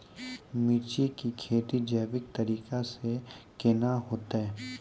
मिर्ची की खेती जैविक तरीका से के ना होते?